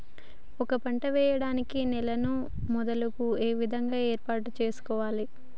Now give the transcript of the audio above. ఒక పంట వెయ్యడానికి నేలను మొదలు ఏ విధంగా ఏర్పాటు చేసుకోవాలి?